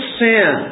sin